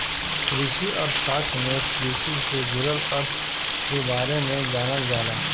कृषि अर्थशास्त्र में कृषि से जुड़ल अर्थ के बारे में जानल जाला